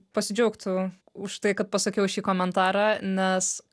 pasidžiaugtų už tai kad pasakiau šį komentarą nes